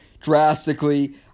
drastically